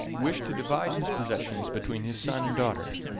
wished to divide his possessions between his son and daughter,